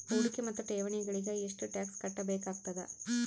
ಹೂಡಿಕೆ ಮತ್ತು ಠೇವಣಿಗಳಿಗ ಎಷ್ಟ ಟಾಕ್ಸ್ ಕಟ್ಟಬೇಕಾಗತದ?